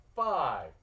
Five